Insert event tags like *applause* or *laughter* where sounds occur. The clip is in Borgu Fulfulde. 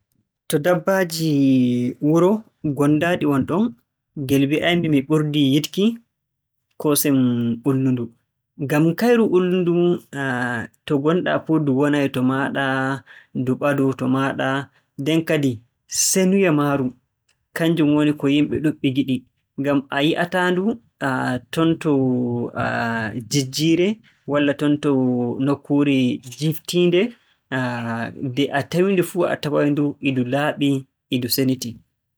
To dabbaaji wuro gonndaaɗi wonɗon, ngel mbi'ay-mi mi ɓurndi yiɗki koosen ullundu. Ngam kayru ullundu *hesitation* to gonɗaa fuu ndu wonay to maaɗa, ndu ɓadoo to maaɗa. Nden kadi senuye maaru kannjum waɗi ko yimɓe ɗuuɗɓe ngiɗi. Ngam a yi'ataa-ndu *hesitation* ton to *hesitation* jijjiire walla ton to jiiɓtiinde. *noise* Nde tawu-daa-ndu fuu a taway-ndu e ndu laaɓi, e ndu senitii.